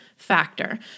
factor